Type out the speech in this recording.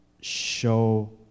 show